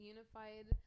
Unified